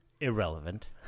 Irrelevant